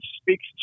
speaks